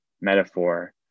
metaphor